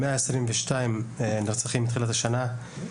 122 נרצחים מתחילת השנה.